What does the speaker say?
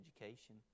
education